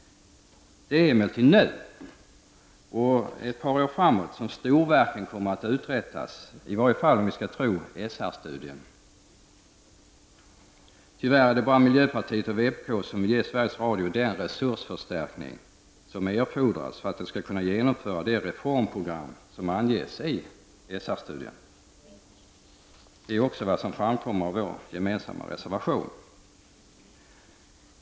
Det är emellertid nu och ett par år framåt som storverken kommer att uträttas, i varje fall om vi skall tro SR-studien. Tyvärr är det bara miljöpartiet och vpk som vill ge Sveriges Radio den resursförstärkning som erfordras för att man skall kunna genomföra det reformprogram som anges i SR-studien. Det är också vad som framkommer av vår gemensamma reservation.